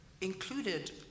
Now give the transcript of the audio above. included